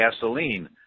gasoline